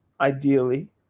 ideally